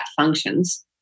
functions